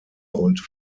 und